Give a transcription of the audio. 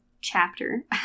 chapter